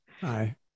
Hi